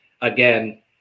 again